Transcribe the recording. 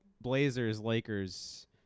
Blazers-Lakers